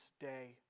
day